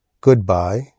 goodbye